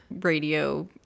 radio